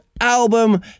album